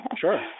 Sure